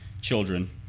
children